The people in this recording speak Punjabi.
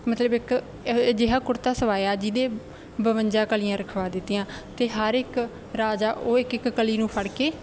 ਮਤਲਬ ਇੱਕ ਇਹੋ ਅਜਿਹਾ ਕੁੜਤਾ ਸਵਾਇਆ ਜਿਹਦੇ ਬਵੰਜਾ ਕਲੀਆਂ ਰਖਵਾ ਦਿੱਤੀਆਂ ਅਤੇ ਹਰ ਇੱਕ ਰਾਜਾ ਉਹ ਇੱਕ ਇੱਕ ਕਲੀ ਨੂੰ ਫੜ ਕੇ